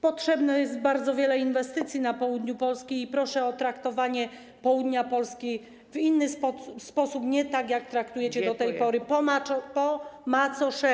Potrzebne jest bardzo wiele inwestycji na południu Polski i proszę o traktowanie południa Polski w inny sposób, nie tak jak traktujecie do tej pory, po macoszemu.